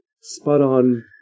spot-on